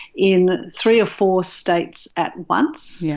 in three or four states at once, yeah